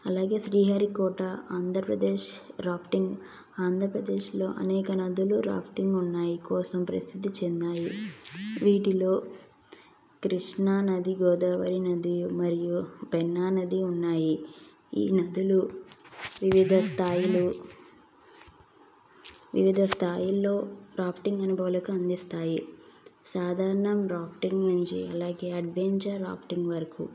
అలాగే శ్రీహరికోట ఆంధ్రప్రదేశ్ రాఫ్టింగ్ ఆంధ్రప్రదేశ్లో అనేక నదులు రాఫ్టింగ్ ఉన్నాయి కోసం పరిస్థితి చెందాయి వీటిలో కృష్ణానది గోదావరి నది మరియు పెన్నా నది ఉన్నాయి ఈ నదులు వివిధ స్థాయిలో వివిధ స్థాయిలో రాఫ్టింగ్ అనుభావాలు అందిస్తాయి సాధారణంగా రాఫ్టింగ్ నుంచి అలాగే అడ్వెంచర్ రాఫ్టింగ్ వరకు